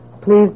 Please